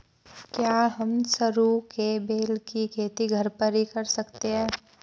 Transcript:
क्या हम सरू के बेल की खेती घर पर ही कर सकते हैं?